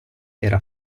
era